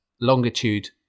Longitude